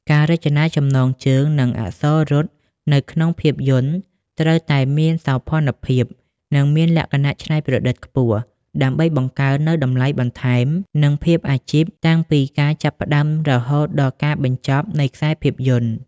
ការរចនាចំណងជើង និងអក្សររត់នៅក្នុងភាពយន្តត្រូវតែមានសោភ័ណភាព និងមានលក្ខណៈច្នៃប្រឌិតខ្ពស់ ដើម្បីបង្កើននូវតម្លៃបន្ថែម និងភាពអាជីពតាំងពីការចាប់ផ្ដើមរហូតដល់ការបញ្ចប់នៃខ្សែភាពយន្ត។